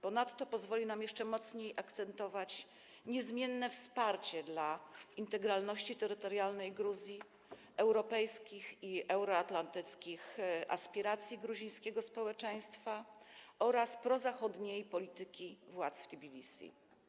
Ponadto pozwoli nam jeszcze mocniej akcentować niezmienne wsparcie dla integralności terytorialnej Gruzji, europejskich i euroatlantyckich aspiracji gruzińskiego społeczeństwa oraz prozachodniej polityki władz w Tbilisi.